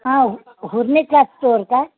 हा हुरने cloth store का